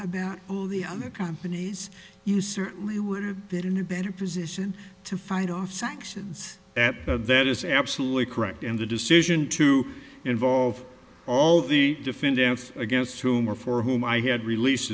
about the other companies you certainly would have been in a better position to fight off sanctions at that is absolutely correct and the decision to involve all the defendants against whom or for whom i had release